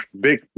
Big